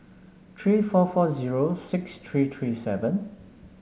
three four four zero six three three seven